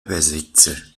besitzer